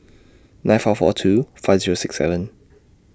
nine four four two five Zero six seven